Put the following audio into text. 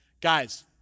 guys